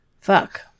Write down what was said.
Fuck